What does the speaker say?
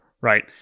right